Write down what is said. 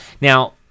Now